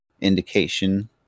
indication